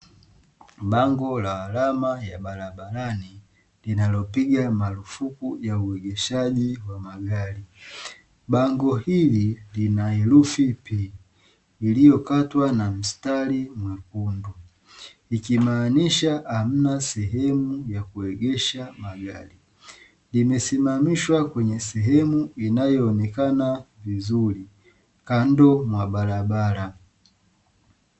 Bango la alama ya barabarani linalopiga marufuku ya uegeshaji wa magari. Bango hili lina herufi “P” iliyokatwa na mstari mwekundu ikimaanisha hamna sehemu ya kuegesha magari, imesimamishwa kwenye sehemu inayo onekana vizuri kando mwa barabara.